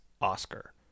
oscar